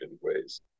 ways